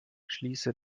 schließe